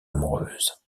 amoureuse